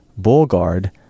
BullGuard